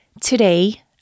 Today